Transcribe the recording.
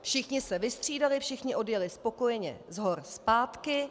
Všichni se vystřídali, všichni odjeli spokojeně z hor zpátky.